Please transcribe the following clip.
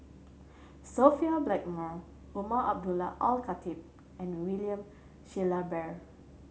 Sophia Blackmore Umar Abdullah Al Khatib and William Shellabear